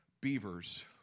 beavers